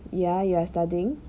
ya you are studying